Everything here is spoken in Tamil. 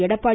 எடப்பாடி